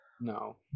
No